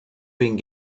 being